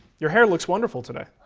your hair looks wonderful today.